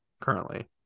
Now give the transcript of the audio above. currently